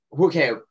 Okay